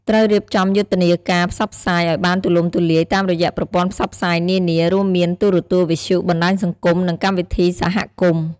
ត្រូវរៀបចំយុទ្ធនាការផ្សព្វផ្សាយឱ្យបានទូលំទូលាយតាមរយៈប្រព័ន្ធផ្សព្វផ្សាយនានា រួមមានទូរទស្សន៍ វិទ្យុ បណ្តាញសង្គម និងកម្មវិធីសហគមន៍។